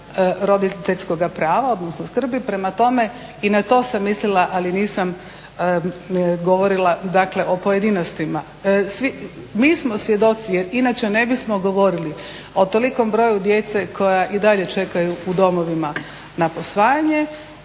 i na to sam mislila ali nisam govorila dakle o pojedinostima. Mi smo svjedoci jer inače ne bismo govorili o tolikom broju djece koja i dalje čekaju u domovima na posvajanje.